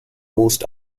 most